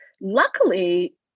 luckily